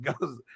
goes